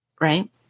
right